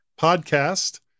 podcast